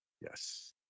Yes